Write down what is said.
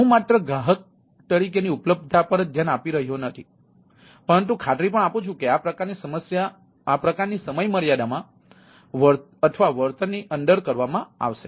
તેથી હું માત્ર ગ્રાહક તરીકેની ઉપલબ્ધતા પર જ ધ્યાન આપી રહ્યો નથી પરંતુ ખાતરી પણ આપું છું કે આ પ્રકારની સમયમર્યાદામાં અથવા વળતરની અંદર કરવામાં આવશે